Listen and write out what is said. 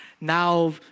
now